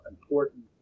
important